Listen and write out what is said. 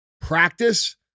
Practice